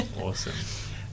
awesome